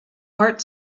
part